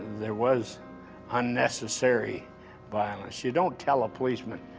there was unnecessary violence. you don't tell a policeman,